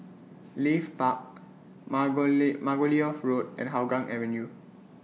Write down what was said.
Leith Park Margo Margoliouth Road and Hougang Avenue